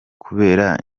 kubera